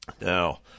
Now